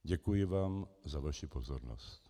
Děkuji vám za vaši pozornost.